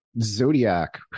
Zodiac